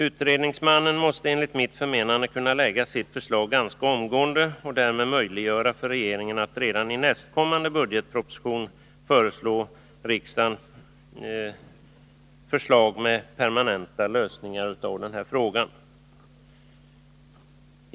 Utredningsmannen måste enligt mitt förmenande kunna framkomma med sitt förslag ganska omgående och därmed möjliggöra för regeringen att redan i nästkommande budgetproposition förelägga riksdagen förslag till permanenta lösningar av frågan.